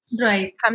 Right